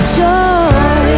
joy